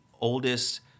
oldest